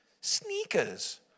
sneakers